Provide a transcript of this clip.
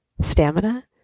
stamina